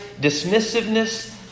dismissiveness